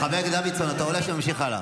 חבר הכנסת דוידסון, אתה עולה או שנמשיך הלאה?